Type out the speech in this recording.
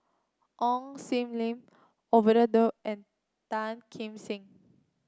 Ong Sam Leong Ovidia Du and Tan Kim Seng